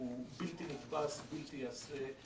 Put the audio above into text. הוא בלתי נתפס, בלתי ייעשה.